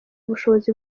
ubushobozi